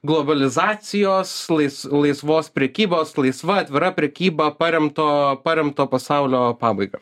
globalizacijos laisv laisvos prekybos laisva atvira prekyba paremto paremto pasaulio pabaigą